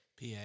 PA